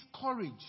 courage